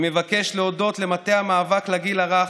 אני מבקש להודות למטה המאבק לגיל הרך,